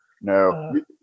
No